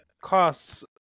costs